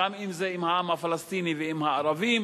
גם אם זה עם העם הפלסטיני ועם הערבים,